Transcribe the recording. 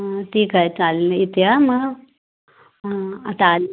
ठीक आहे चालेल येते हां मग आता आली